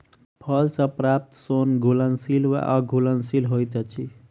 फल सॅ प्राप्त सोन घुलनशील वा अघुलनशील होइत अछि